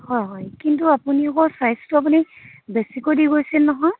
হয় হয় কিন্তু আপুনি আক' ছাইজটো আপুনি বেছিকৈ দি গৈছিল নহয়